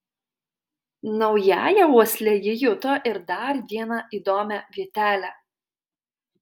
naująja uosle ji juto ir dar vieną įdomią vietelę